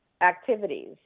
activities